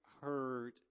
heard